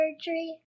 surgery